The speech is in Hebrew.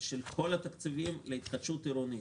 של כל התקציבים להתחדשות עירונית.